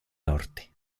norte